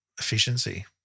Efficiency